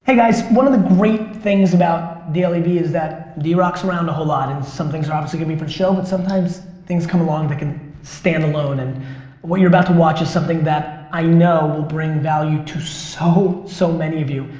hey guys, one of the great things about dailyvee is that drock's around a whole lot and some things are obviously gonna be for the show but sometimes things come along that can stand alone. and what you're about to watch is something that i know will bring value to so, so many of you.